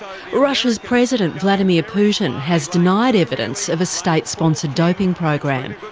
russia's president vladimir putin has denied evidence of a state sponsored doping program,